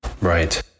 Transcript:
Right